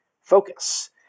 focus